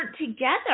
together